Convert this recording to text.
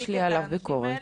יש לי עליו ביקורת.